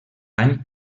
any